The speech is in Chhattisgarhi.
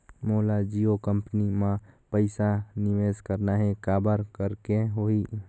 मोला जियो कंपनी मां पइसा निवेश करना हे, काबर करेके होही?